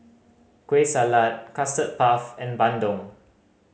Kueh Salat Custard Puff and bandung